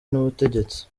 n’ubutegetsi